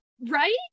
right